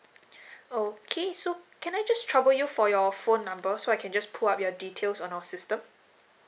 okay so can I just trouble you for your phone number so I can just pull up your details on our system